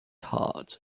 heart